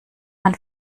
man